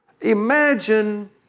Imagine